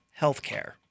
healthcare